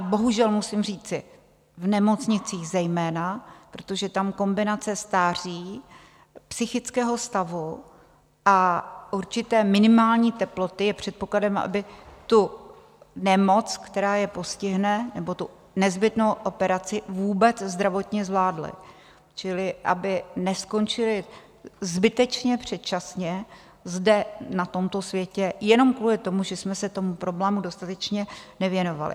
Bohužel musím říci v nemocnicích zejména, protože tam kombinace stáří, psychického stavu a určité minimální teploty je předpokladem, aby tu nemoc, která je postihne, nebo tu nezbytnou operaci vůbec zdravotně zvládli, čili aby neskončili zbytečně předčasně zde na tomto světě jenom kvůli tomu, že jsme se tomu problému dostatečně nevěnovali.